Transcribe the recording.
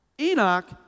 Enoch